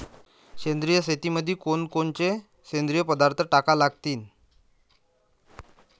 सेंद्रिय शेतीमंदी कोनकोनचे सेंद्रिय पदार्थ टाका लागतीन?